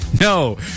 no